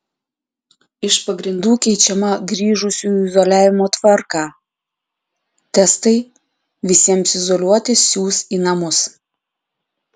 iš pagrindų keičiama grįžusiųjų izoliavimo tvarką testai visiems izoliuotis siųs į namus